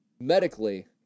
Medically